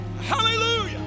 Hallelujah